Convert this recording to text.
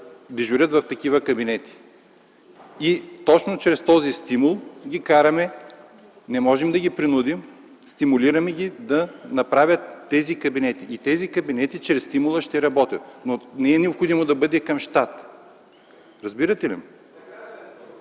дежурят в такива кабинети. И точно чрез този стимул ги караме, не можем да ги принудим, стимулираме ги да направят тези кабинети. И тези кабинети чрез този стимул ще работят, но не е необходимо да бъдат на щат. Разбирате ли